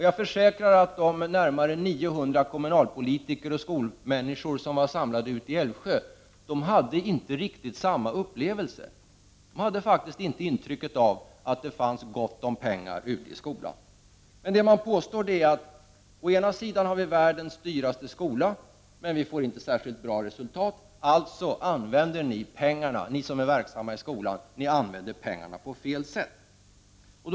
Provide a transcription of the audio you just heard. Jag försäkrar att de närmare 900 kommunalpolitiker och skolmänniskor som var samlade i Älvsjö inte hade upplevt riktigt samma sak. De hade faktiskt inte intryck av att det finns gott om pengar ute i skolan. Det påstås att Sverige har världens dyraste skola, men att resultaten inte blir särskilt bra. Alltså används pengarna på fel sätt av dem som är verksamma i skolan.